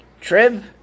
Trib